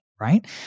right